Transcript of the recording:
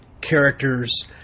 characters